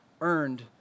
earned